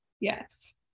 Yes